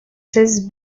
seize